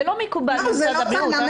זה לא מקובל ממשרד הבריאות.